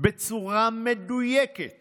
בצורה מדויקת